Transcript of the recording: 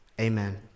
amen